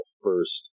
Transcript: first